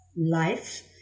life